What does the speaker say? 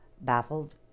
baffled